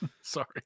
Sorry